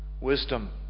wisdom